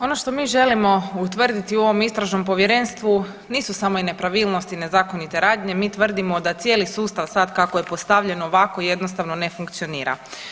Ono što mi želimo utvrditi u ovom istražnom povjerenstvu, nisu samo nepravilnosti i nezakonite radnje, mi tvrdimo da cijeli sustav sad kako je postavljen ovako jednostavno ne funkcionira.